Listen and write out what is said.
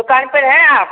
दुकान पर हैं आप